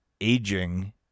aging